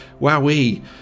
Wowee